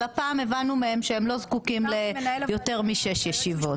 אבל הפעם הבנו מהם שהם לא זקוקים ליותר משש ישיבות.